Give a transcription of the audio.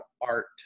art